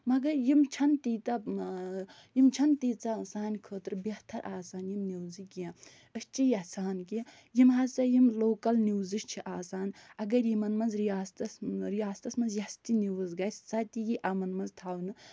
مگر یِم چھنہٕ تیٖتیٛاہ یِم چھنہٕ تیٖژاہ سانہِ خٲطرٕ بہتر آسان یِم نِوٕزٕ کیٚنہہ أسۍ چھِ یژھان کہ یِمہٕ ہسا یِم لوکَل نِوٕزٕ چھِ آسان اگر یِمَن منٛز رِیاسَتَس رِیاستَس منٛز یۄس تہِ نِوٕز گژھِ سۄتہِ یی یِمَن منٛز تھاونہٕ